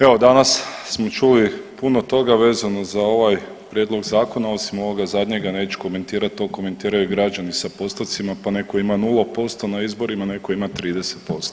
Evo danas smo čuli puno toga vezano za ovaj prijedlog zakona, osim ovoga zadnjega neću komentirat to komentiraju građani sa postocima pa neko ima 0% na izborima, a neko ima 30%